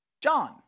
John